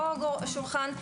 לא שולחן.